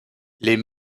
les